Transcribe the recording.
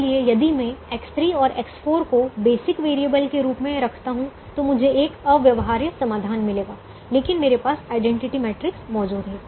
इसलिए यदि मैं X3 और X4 को बेसिक वेरिएबल के रूप में रखता हूं तो मुझे एक अव्यवहार्य समाधान मिलेगा लेकिन मेरे पास आइडेंटिटी मैट्रिक्स मौजूद है